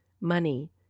money